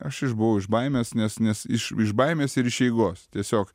aš išbuvau iš baimės nes nes iš iš baimės ir iš eigos tiesiog